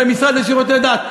במשרד לשירותי דת.